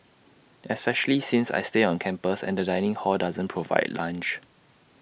especially since I stay on campus and the dining hall doesn't provide lunch